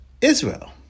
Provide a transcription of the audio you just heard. Israel